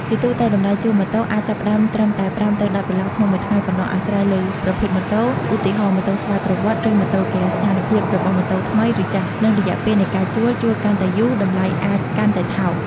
ជាទូទៅ តម្លៃជួលម៉ូតូ អាចចាប់ផ្ដើមត្រឹមតែ ៥ ទៅ ១០ ដុល្លារក្នុងមួយថ្ងៃ ប៉ុណ្ណោះ អាស្រ័យលើប្រភេទម៉ូតូ ឧទាហរណ៍ ម៉ូតូស្វ័យប្រវត្តិ ឬម៉ូតូហ្គែរ ស្ថានភាពរបស់ម៉ូតូថ្មី ឬចាស់ និងរយៈពេលនៃការជួល ជួលកាន់តែយូរ តម្លៃអាចកាន់តែថោក។